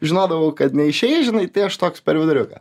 žinodavau kad neišeis žinai tai aš toks per viduriuką